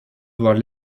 doit